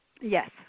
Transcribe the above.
Yes